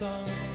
Sun